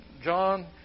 John